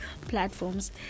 platforms